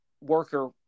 worker